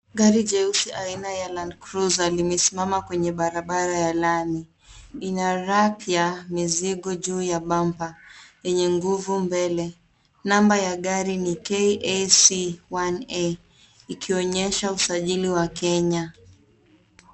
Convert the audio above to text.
Gari jeusi aina ya la Landcrusier limesimama kwenye barabara ya lami, ina rack ya mizigo juu ya bumper yenye nguvu mbele. Namba ya gari ni KAC 1A iki onyesha usajili wa Kenya.